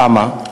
למה?